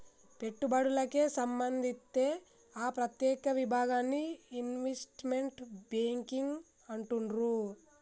పెట్టుబడులకే సంబంధిత్తే ఆ ప్రత్యేక విభాగాన్ని ఇన్వెస్ట్మెంట్ బ్యేంకింగ్ అంటుండ్రు